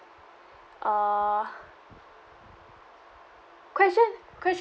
uh question question